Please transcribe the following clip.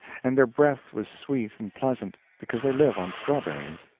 and their breath was sweet and pleasant, because they live on strawberries.